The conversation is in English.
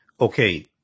okay